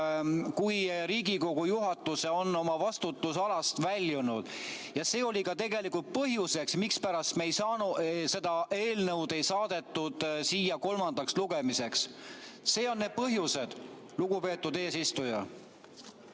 kui Riigikogu juhatus on oma vastutusalast väljunud. See oli ka põhjus, mispärast seda eelnõu ei saadetud siia kolmandaks lugemiseks. Need on need põhjused, lugupeetud eesistuja.